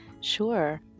Sure